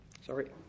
Sorry